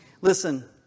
Listen